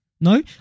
No